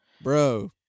Bro